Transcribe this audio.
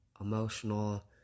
emotional